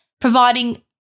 providing